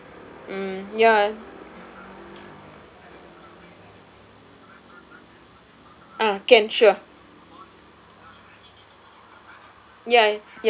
mm ya ah can sure